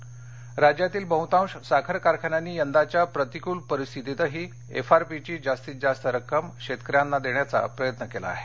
साखर राज्यातील बहुतांश साखर कारखान्यांनी यंदाच्या प्रतिकूल परिस्थितीतही एफ आर पी ची जास्तीत जास्त रक्कम शेतकऱ्यांना देण्याचा प्रयत्न केला आहे